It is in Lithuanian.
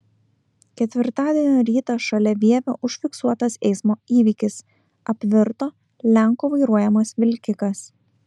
ketvirtadienio rytą šalia vievio užfiksuotas eismo įvykis apvirto lenko vairuojamas vilkikas